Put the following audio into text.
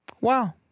Wow